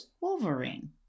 Wolverine